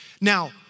Now